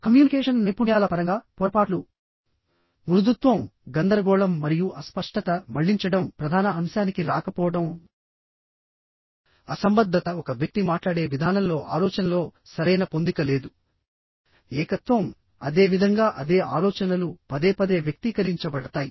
communication నైపుణ్యాల పరంగా పొరపాట్లు మృదుత్వం గందరగోళం మరియు అస్పష్టత మళ్లించడం ప్రధాన అంశానికి రాకపోవడం అసంబద్ధత ఒక వ్యక్తి మాట్లాడే విధానంలో ఆలోచనలో సరైన పొందిక లేదు ఏకత్వం అదే విధంగా అదే ఆలోచనలు పదేపదే వ్యక్తీకరించబడతాయి